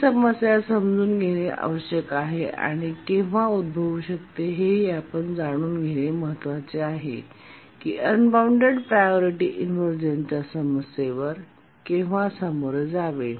ही समस्या समजून घेणे आवश्यक आहे आणि केव्हा उद्भवू शकते हे आणि हे जाणून घेणे महत्वाचे आहे की अनबॉऊण्डेड प्रायोरिटी इनव्हर्जनच्या समस्येवर केव्हा सामोरे जावे